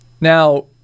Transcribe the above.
Now